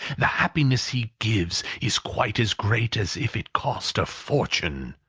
the happiness he gives, is quite as great as if it cost a fortune.